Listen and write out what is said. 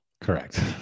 Correct